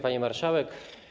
Pani Marszałek!